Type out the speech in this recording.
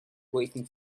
waiting